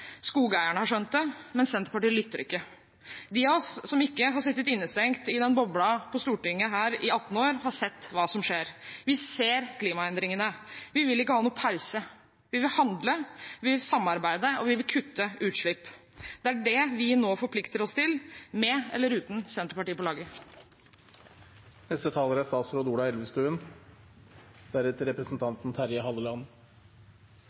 skogeierne har skjønt det, men Senterpartiet lytter ikke. De av oss som ikke har sittet innestengt i en boble på Stortinget i 18 år, har sett hva som skjer. Vi ser klimaendringene. Vi vil ikke ha noen pause. Vi vil handle, vi vil samarbeide, og vi vil kutte utslipp. Det er det vi nå forplikter oss til, med eller uten Senterpartiet på laget.